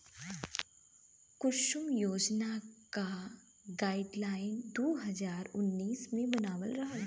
कुसुम योजना क गाइडलाइन दू हज़ार उन्नीस मे बनल रहल